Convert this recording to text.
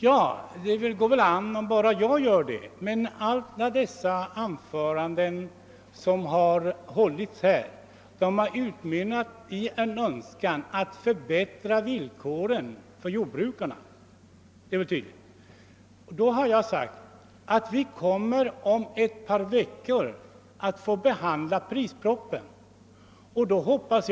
Jag vill svara att det går väl an om bara jag gör det, men alla anföranden som hållits här har ju utmynnat i en önskan att förbättra jordbrukarnas villkor. Jag upprepar att vi om ett par veckor kommer att behandla propositionen om jordbrukspriserna.